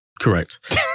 Correct